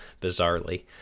bizarrely